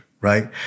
right